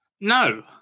No